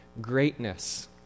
greatness